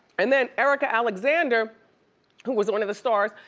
and then erika alexander who was one of the stars,